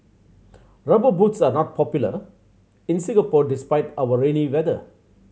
Rubber Boots are not popular in Singapore despite our rainy weather